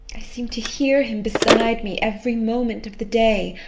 i seem to hear him beside me every moment of the day.